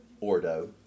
Ordo